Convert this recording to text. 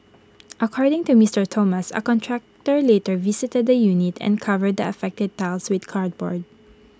according to Mister Thomas A contractor later visited the unit and covered the affected tiles with cardboard